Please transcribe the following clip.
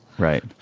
right